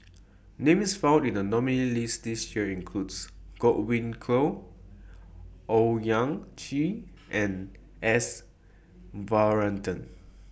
Names found in The nominees' list This Year include Godwin Koay Owyang Chi and S Varathan